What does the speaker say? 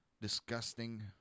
disgusting